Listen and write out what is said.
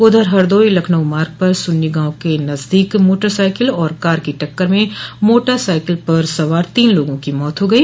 उधर हरदोई लखनऊ मार्ग पर सुन्नी गांव के नजदीक मोटर साइकिल और कार की टक्कर में मोटर साइकिल पर सवार तीन लोगों की मौत हो गई